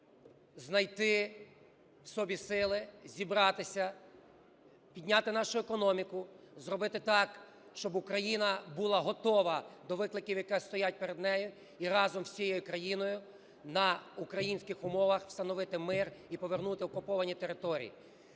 знайти в собі сили зібратися, підняти нашу економіку, зробити так, щоб Україна була готова до викликів, які стоять перед нею, і разом зі всією країною на українських умовах встановити мир і повернути окуповані території.